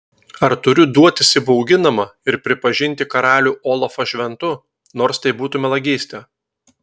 ar turiu duotis įbauginama ir pripažinti karalių olafą šventu nors tai būtų melagystė